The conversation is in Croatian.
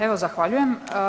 Evo zahvaljujem.